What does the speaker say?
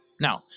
Now